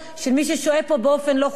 של מי ששוהה פה באופן לא חוקי,